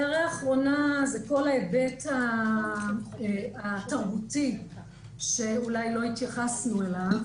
הערה אחרונה זה כל ההיבט התרבותי שאולי לא התייחסנו אליו.